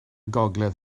gogledd